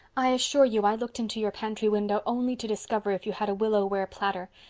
i assure you i looked into your pantry window only to discover if you had a willow-ware platter.